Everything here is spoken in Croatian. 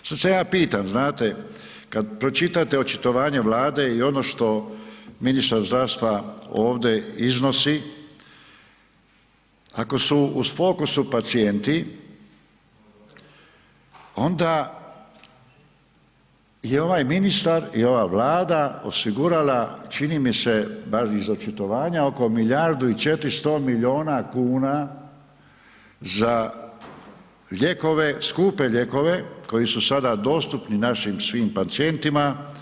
Sada se ja pitam znate kada pročitate očitovanje Vlade i ono što ministar zdravstva ovdje iznosi, ako su u fokusu pacijenti onda je ovaj ministar i ova Vlada osigurala čini mi se bar iz očitovanja oko milijardu i 400 milijuna kuna za lijekove, skupe lijekove koji su sada dostupni našim svim pacijentima.